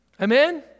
Amen